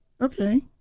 Okay